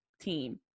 team